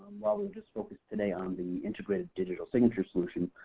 while we just focus today on the integrated digital signature solution,